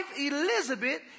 Elizabeth